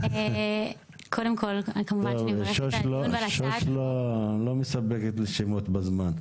שוש לא מספקת לי שמות בזמן.